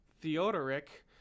theodoric